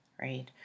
right